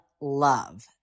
love